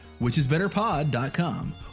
whichisbetterpod.com